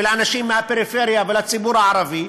לאנשים מהפריפריה ולציבור הערבי,